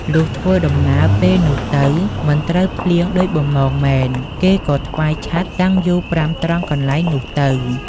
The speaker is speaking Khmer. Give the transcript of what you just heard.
លុះធ្វើដំណើរពេលនោះទៅ មិនត្រូវភ្លៀងដូចបំណងមែន គេក៏ថ្វាយឆត្រ តាំងយូ5ត្រង់កន្លែងនោះទៅ ។